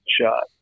shot